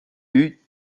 eut